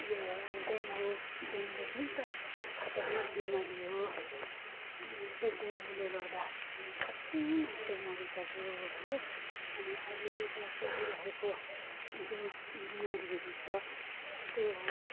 यो dengue dengue पनि त खतरनाक बिमारी हो बि डेङ्गुले गर्दा कति मान्छे मरिसक्यो हो अनि अहिले यता चलिराखेको जो बिमारीहरू छ त्यो हो